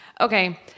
Okay